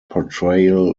portrayal